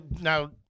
now